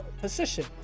position